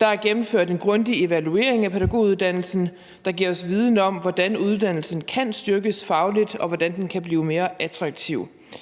Der er gennemført en grundig evaluering af pædagoguddannelsen, der giver os viden om, hvordan uddannelsen kan styrkes fagligt, og hvordan den kan blive mere attraktiv.